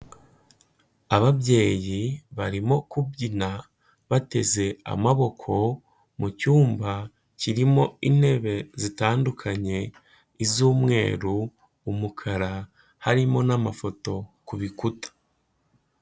Ababyeyi barimo kubyina bateze amaboko mu cyumba kirimo intebe zitandukanye, iz'umweru, umukara, harimo n'amafoto ku bikuta.